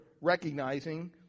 recognizing